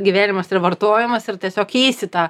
gyvenimas yra vartojimas ir tiesiog keisti tą